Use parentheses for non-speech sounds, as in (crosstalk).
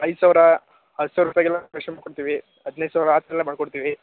ಐದು ಸಾವಿರ ಹತ್ತು ಸಾವಿರ ರುಪಾಯಿಗೆಲ್ಲ (unintelligible) ಕೊಡ್ತೀವಿ ಹದಿನೈದು ಸಾವಿರ ಆ ತರೆಲ್ಲ ಮಾಡಿಕೊಡ್ತೀವಿ